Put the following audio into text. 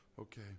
Okay